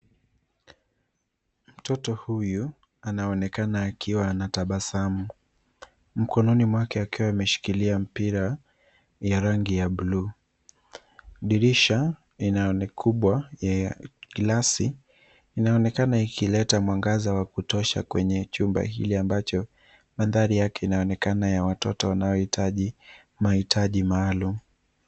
Mtoto huyu anaonekana akiwa anatabasamu, mkononi mwake akiwa ameshikilia mpira ya rangi ya buluu. Dirisha ni kubwa ya glassi, inaonekana ikileta mwangaza wa kutosha kwenye chumba hili ambacho mandhari yake inaonekana ya watoto wanaohitaji mahitaji maalum.